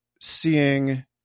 seeing